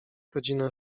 godzina